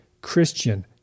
Christian